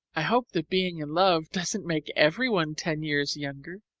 i hope that being in love doesn't make every one ten years younger.